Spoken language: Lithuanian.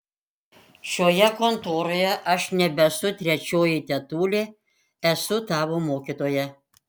šioje kontoroje aš nebesu trečioji tetulė esu tavo mokytoja